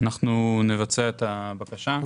נבצע את הבקשה.